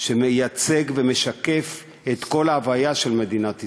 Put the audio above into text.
שמייצג ומשקף את כל ההוויה של מדינת ישראל.